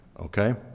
Okay